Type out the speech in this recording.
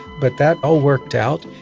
but that all worked out,